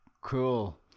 cool